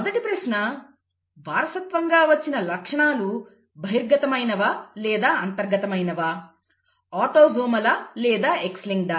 మొదటి ప్రశ్న వారసత్వంగా వచ్చిన లక్షణాలు బహిర్గతమైవా లేదా అంతర్గతమైనవా ఆటోసోమల్ లేదా X లింక్డ్